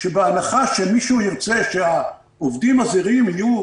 שבהנחה שמישהו ירצה שהעובדים הזרים יהיו